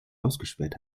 ausgesperrt